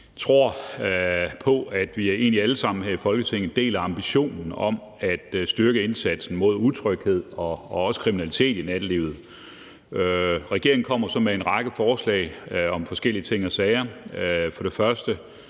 egentlig på, at vi alle sammen her i Folketinget deler ambitionen om at styrke indsatsen mod utryghed og også kriminalitet i nattelivet. Regeringen kommer så med en række forslag om forskellige ting og sager,